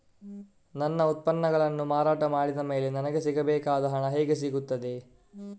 ನನ್ನ ಉತ್ಪನ್ನಗಳನ್ನು ಮಾರಾಟ ಮಾಡಿದ ಮೇಲೆ ನನಗೆ ಸಿಗಬೇಕಾದ ಹಣ ಹೇಗೆ ಸಿಗುತ್ತದೆ?